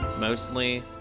mostly